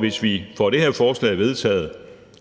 Hvis vi får det her forslag vedtaget,